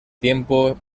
tiempo